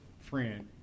friend